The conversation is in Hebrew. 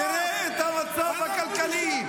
תראה את המצב הכלכלי.